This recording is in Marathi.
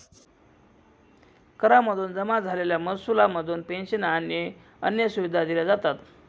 करा मधून जमा झालेल्या महसुला मधून पेंशन आणि अन्य सुविधा दिल्या जातात